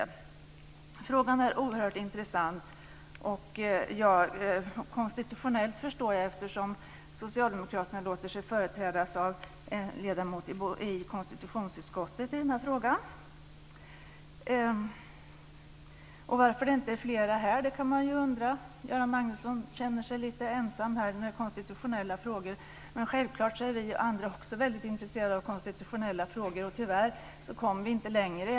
Jag förstår att frågan är oerhört intressant konstitutionellt, eftersom socialdemokraterna låter sig företrädas av en ledamot i konstitutionsutskottet i denna fråga. Varför det inte är fler här kan man ju undra. Göran Magnusson känner sig lite ensam här när det gäller konstitutionella frågor. Men självklart är ju vi andra också väldigt intresserade av konstitutionella frågor. Och tyvärr så kommer vi inte längre.